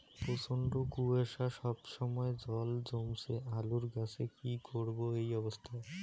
প্রচন্ড কুয়াশা সবসময় জল জমছে আলুর গাছে কি করব এই অবস্থায়?